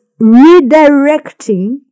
redirecting